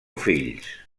fills